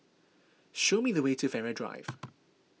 show me the way to Farrer Drive